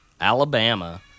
Alabama